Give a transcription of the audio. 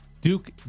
Duke